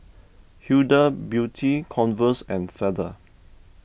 Huda Beauty Converse and Feather